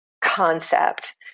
concept